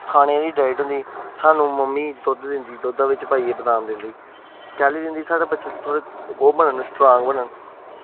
खानै गी बी बर्डन निं सानूं मम्मी दिंदी ते दुद्धै पाइयै बदाम दिंदी कैह्ली दिंदी कि साढ़े बच्चे थोह्ड़े ओह् बनन स्ट्रांग बनन